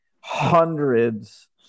hundreds